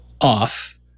off